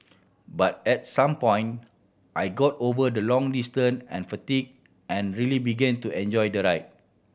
but at some point I got over the long distance and fatigue and really begin to enjoy the ride